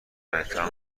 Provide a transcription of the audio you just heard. احترام